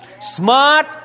Smart